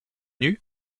nus